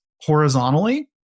horizontally